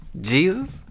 Jesus